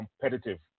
competitive